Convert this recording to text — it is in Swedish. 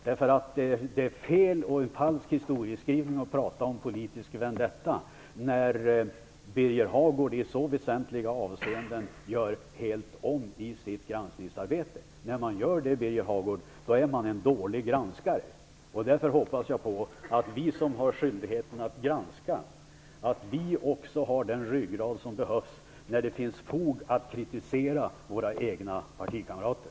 Det är fel och en falsk historieskrivning att prata om politisk vendetta när Birger Hagård i så väsentliga avseenden gör helt om i sitt granskningsarbete. När man gör det, Birger Hagård, är man en dålig granskare. Därför hoppas jag att vi som har skyldigheten att granska, också har den ryggrad som behövs när det finns fog att kritisera våra egna partikamrater.